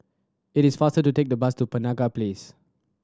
it is faster to take the bus to Penaga Place